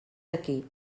aquí